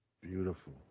Beautiful